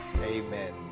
Amen